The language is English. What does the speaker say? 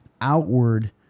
outward